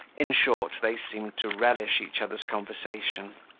in short, they seemed to relish each other's conversation,